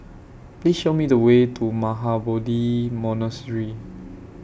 Please Show Me The Way to Mahabodhi Monastery